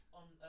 on